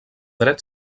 dret